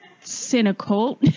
cynical